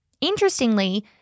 Interestingly